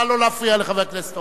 נא לא להפריע לחבר הכנסת הורוביץ.